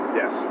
yes